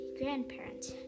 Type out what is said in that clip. grandparents